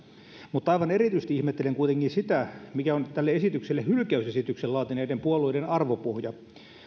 mutta aivan erityisesti ihmettelen kuitenkin sitä mikä on tälle esitykselle hylkäysesityksen laatineiden puolueiden arvopohja